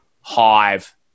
Hive